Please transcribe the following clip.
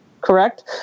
correct